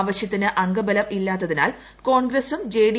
ആവശ്യത്തിന് അംഗബലം ഇല്ലാത്തതിനാൽ കോൺഗ്രസ്സും ജെഡി